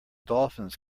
dolphins